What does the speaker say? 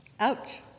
ouch